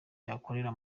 yakorera